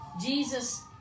jesus